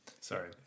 sorry